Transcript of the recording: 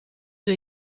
due